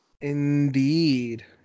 Indeed